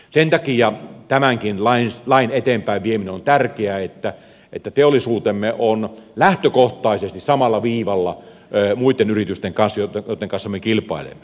sen takia tämänkin lain eteenpäinvieminen on tärkeää niin että teollisuutemme on lähtökohtaisesti samalla viivalla muitten yritysten kanssa joitten kanssa me kilpailemme